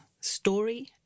story